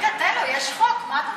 רגע, תן לו, יש חוק, מה אתה רוצה?